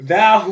Thou